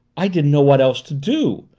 i didn't know what else to do,